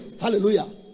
Hallelujah